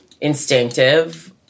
instinctive